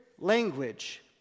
language